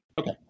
Okay